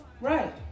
right